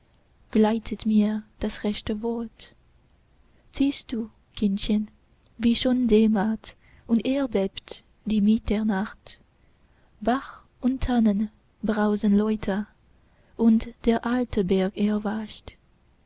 gleitet mir das rechte wort siehst du kindchen wie schon dämmert und erbebt die mitternacht bach und tannen brausen lauter und der alte berg